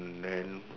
and then